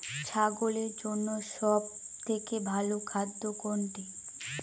ছাগলের জন্য সব থেকে ভালো খাদ্য কোনটি?